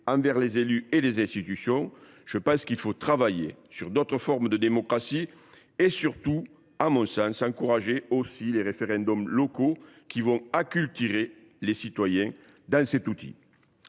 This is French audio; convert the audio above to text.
envers les élus et les institutions, je pense qu’il faut travailler sur d’autres formes de démocratie et, surtout, encourager les référendums locaux, qui familiariseront les citoyens avec cet outil.